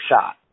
shot